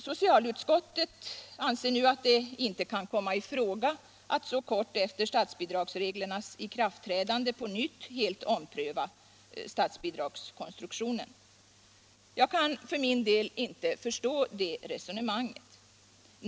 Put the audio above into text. Socialutskottet anser nu att det inte kan komma i fråga att så kort tid efter statsbidragsreglernas ikraftträdande på nytt helt ompröva statsbidragskonstruktionen. Jag kan för min del inte förstå det resonemanget.